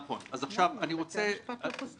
זה נכון שהוא משיק לוויכוחים יותר עקרוניים,